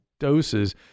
doses